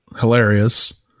hilarious